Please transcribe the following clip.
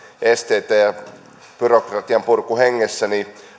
esteitä että byrokratianpurkuhengessä